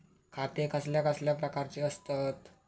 खाते कसल्या कसल्या प्रकारची असतत?